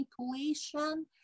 manipulation